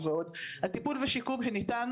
הטיפול ושיקום שניתן,